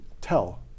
tell